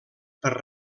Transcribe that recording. per